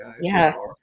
Yes